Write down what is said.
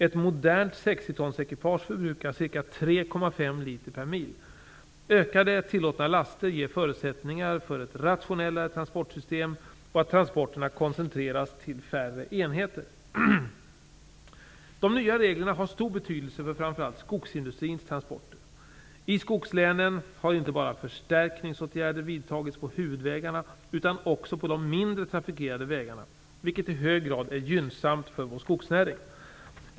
Ett modernt 60-tonsekipage förbrukar ca 3,5 liter/mil. Ökade tillåtna laster ger förutsättningar för ett rationellare transportsystem och att transporterna koncentreras till färre enheter. De nya reglerna har stor betydelse för framför allt skogsindustrins transporter. I skogslänen har inte bara förstärkningsåtgärder vidtagits på huvudvägarna utan också på de mindre trafikerade vägarna, vilket i hög grad är gynnsamt för vår skogsnäring.